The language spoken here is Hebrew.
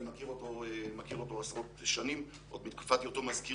אני מכיר אותו עשרות שנים עוד מתקופת היותו מזכיר